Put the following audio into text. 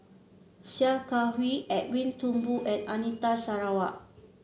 Sia Kah Hui Edwin Thumboo and Anita Sarawak